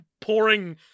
pouring